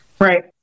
Right